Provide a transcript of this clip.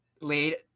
laid